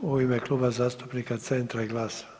u ime Kluba zastupnika Centra i GLAS-a.